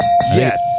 Yes